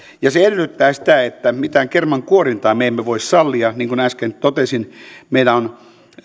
ja se edellyttää sitä että mitään kermankuorintaa me emme voi sallia niin kuin äsken totesin meidän on